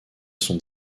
son